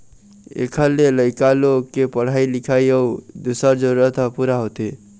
एखर ले लइका लोग के पढ़ाई लिखाई अउ दूसर जरूरत ह पूरा होथे